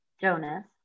Jonas